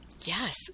Yes